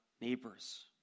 neighbors